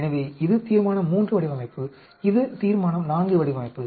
எனவே இது தீர்மான III வடிவமைப்பு இது ஒரு தீர்மானம் IV வடிவமைப்பு